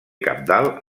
cabdal